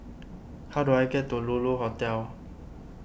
how do I get to Lulu Hotel